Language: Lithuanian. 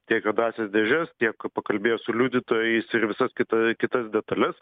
tiek juodąsias dėžes tiek pakalbėję su liudytojais ir visas kita kitas detales